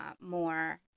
more